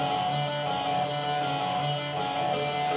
and